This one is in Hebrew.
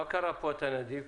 מה קרה שאתה נדיב?